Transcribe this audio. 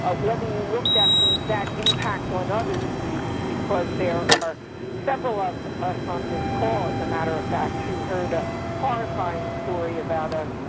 ah whether you looked at the, that impact on other diseases, because there are several of us on this call, as a matter of fact, who heard a horrifying story about a